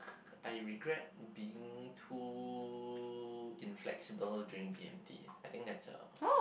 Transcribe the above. I regret being being too inflexible during B_M_T I think that's a